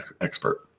expert